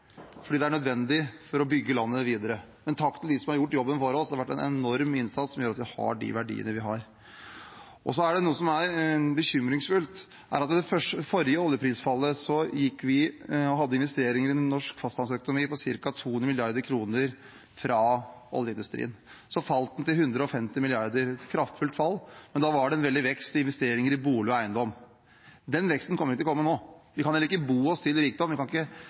fordi det er nødvendig for å bygge landet videre. Takk til dem som har gjort jobben for oss, det har vært en enorm innsats, som gjør at vi har de verdiene vi har. Og så til noe som er bekymringsfullt: Ved det forrige oljeprisfallet hadde vi investeringer i norsk fastlandsøkonomi på ca. 200 mrd. kr fra oljeindustrien. Så falt det til 150 mrd. kr, et kraftfullt fall, men da var det en veldig vekst i investeringer i bolig og eiendom. Den veksten kommer ikke til å komme nå. Vi kan heller ikke bo oss til rikdom, vi kan ikke